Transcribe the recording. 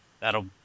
that'll